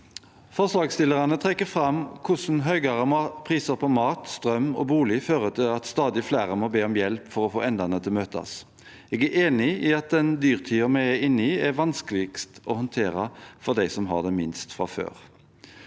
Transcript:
Forslagsstillerne trekker fram hvordan høyere priser på mat, strøm og bolig fører til at stadig flere må be om hjelp for å få endene til møtes. Jeg er enig i at den dyrtiden vi er inne i, er vanskeligst å håndtere for dem som har minst fra før.